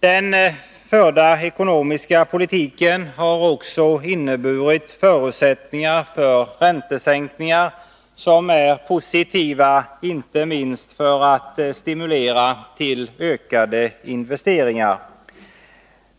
Den förda ekonomiska politiken har också inneburit förutsättningar för räntesänkningar, som är positiva, inte minst för att stimulera till ökade investeringar.